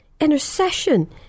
Intercession